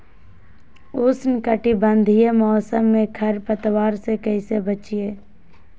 उष्णकटिबंधीय मौसम में खरपतवार से कैसे बचिये?